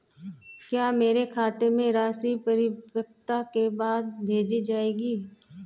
क्या मेरे खाते में राशि परिपक्वता के बाद भेजी जाएगी?